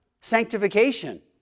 sanctification